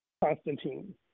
Constantine